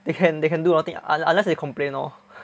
they can they can do nothing unless they complain lor